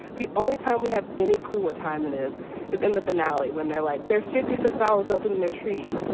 the only time we have any clue what time it is is in the finale when they're like there's fifty six hours left in the treat.